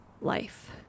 Life